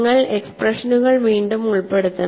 നിങ്ങൾ എക്സ്പ്രഷനുകൾ വീണ്ടും ഉൾപ്പെടുത്തണം